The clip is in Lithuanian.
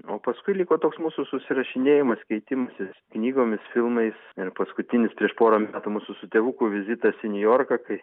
o paskui liko toks mūsų susirašinėjimas keitimasis knygomis filmais ir paskutinis prieš porą metų mūsų su tėvuku vizitas į niujorką kai